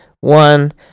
One